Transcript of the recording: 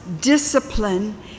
discipline